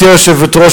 גברתי היושבת-ראש,